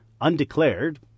undeclared